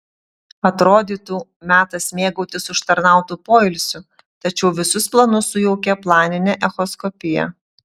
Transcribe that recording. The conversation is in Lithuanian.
atrodytų metas mėgautis užtarnautu poilsiu tačiau visus planus sujaukė planinė echoskopija